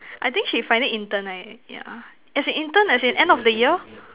I think she finding intern right yeah as in intern as in end of the year